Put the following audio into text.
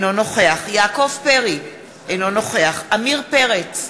אינו נוכח יעקב פרי, אינו נוכח עמיר פרץ,